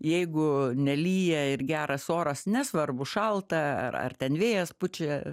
jeigu nelyja ir geras oras nesvarbu šalta ar ar ten vėjas pučia